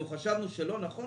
חשבנו שלא נכון